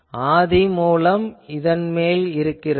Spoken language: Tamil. ஆதிமூலம் இதன் மேல் இருக்கிறது